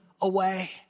away